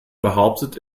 behauptet